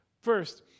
First